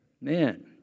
Man